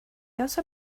also